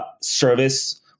service